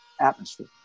atmosphere